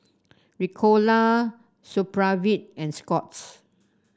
Ricola Supravit and Scott's